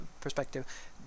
perspective